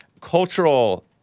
cultural